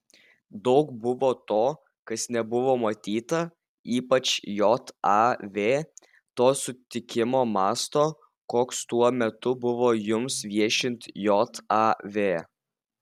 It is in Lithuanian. daug buvo to kas nebuvo matyta ypač jav to sutikimo masto koks tuo metu buvo jums viešint jav